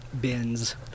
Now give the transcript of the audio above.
bins